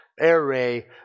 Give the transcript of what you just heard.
array